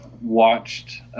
watched